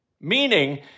meaning